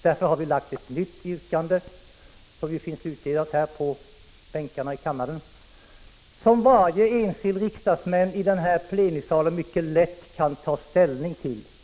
Därför har vi formulerat ett nytt yrkande som finns utdelat på bänkarna i kammaren och som varje enskild riksdagsledamot mycket lätt kan ta ställning till.